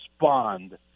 respond